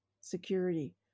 security